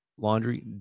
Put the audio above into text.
Laundry